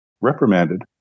reprimanded